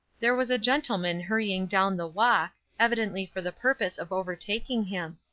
there was a gentleman hurrying down the walk, evidently for the purpose of overtaking him.